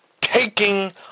taking